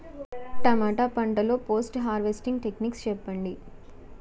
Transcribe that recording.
టమాటా పంట లొ post harvesting techniques చెప్పండి?